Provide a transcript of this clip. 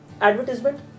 advertisement